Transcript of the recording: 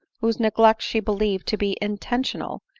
whose neglect she believed to be intentional,